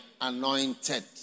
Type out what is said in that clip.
anointed